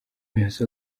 umuyobozi